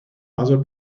other